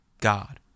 God